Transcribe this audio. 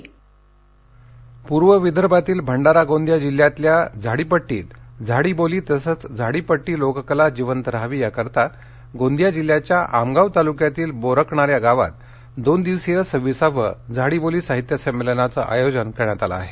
voice कास्टगोंदिया पूर्व विदर्भातील भंडारा गोंदिया जिल्ह्यातील झाडीपट्टीत झाडीबोली तसंच झाडीपट्टी लोककला जिवंत राहावी याकरिता गोंदिया जिल्याच्या आमगाव तालुक्यातील बोरकणार या गावात दोन दिवसीय सव्वीसावं झाडीबोली साहित्य संमेलनाचं आयोजन करण्यात आले आहे